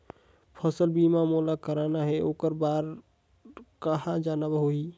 फसल बीमा मोला करना हे ओकर बार कहा जाना होही?